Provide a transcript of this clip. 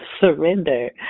surrender